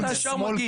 מה אתה ישר מגיב?